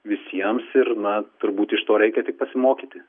visiems ir na turbūt iš to reikia tik pasimokyti